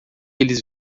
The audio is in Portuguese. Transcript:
eles